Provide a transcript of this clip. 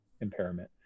impairment